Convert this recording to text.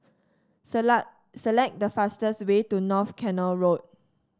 select the fastest way to North Canal Road